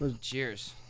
Cheers